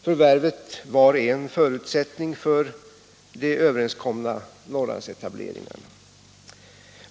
Förvärvet var en förutsättning för de överenskomna Norrlandsetableringarna.